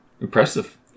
Impressive